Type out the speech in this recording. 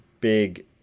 big